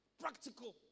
Practical